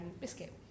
Biscuit